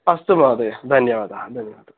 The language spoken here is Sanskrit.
अस्तु महोदय धन्यवादः धन्यवादः